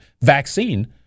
vaccine